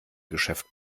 geschäft